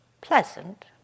pleasant